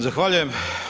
Zahvaljujem.